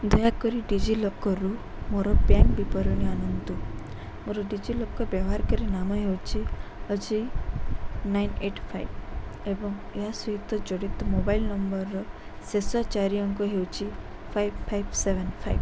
ଦୟାକରି ଡିଜିଲକରରୁ ମୋର ବ୍ୟାଙ୍କ ବିବରଣୀ ଆଣନ୍ତୁ ମୋର ଡିଜିଲକର ବ୍ୟବହାରକାରୀ ନାମ ହେଉଛି ଅଜୟି ନାଇନ୍ ଏଇଟ୍ ଫାଇଭ ଏବଂ ଏହା ସହିତ ଜଡ଼ିତ ମୋବାଇଲ୍ ନମ୍ବରର ଶେଷ ଚାରି ଅଙ୍କ ହେଉଛି ଫାଇଭ ଫାଇଭ ସେଭନ୍ ଫାଇଭ